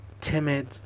timid